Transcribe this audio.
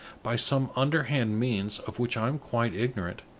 by some underhand means, of which i am quite ignorant,